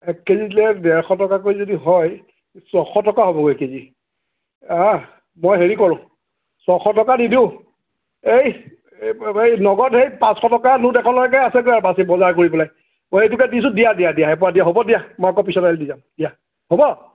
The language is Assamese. এক কেজি দিলে ডেৰশ টকাকৈ যদি হয় ছশ টকা হ'বগৈ কেজি মই হেৰি কৰোঁ ছশ টকা নিদিওঁ এই এই নগদ সেই পাচঁশ টকাৰ নোট এখনকে আছেগৈ আৰু বাচি বজাৰ কৰি পেলাই মই এইটোকে দিছোঁ দিয়া দিয়া দিয়া এপোৱা দিয়া হ'ব দিয়া মই আকৌ পিছত আহিলে দি যাম দিয়া হ'ব